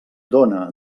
dóna